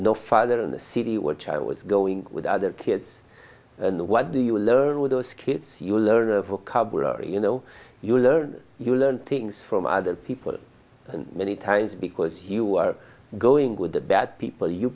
no father in the city which i was going with other kids and what do you learn with those kids you learn of a cupboard you know you learn you learn things from other people and many times because you are going with the bad people you